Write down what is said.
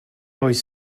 always